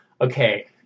okay